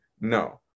No